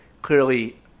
Clearly